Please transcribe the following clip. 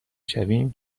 شویم